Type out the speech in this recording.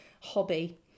hobby